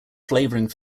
flavoring